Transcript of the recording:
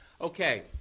okay